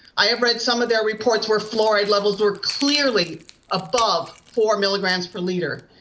i have read some of their reports where fluoride levels were clearly above four milligrams per liter,